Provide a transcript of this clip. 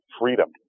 freedom